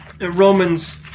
Romans